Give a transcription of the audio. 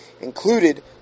included